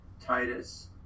Titus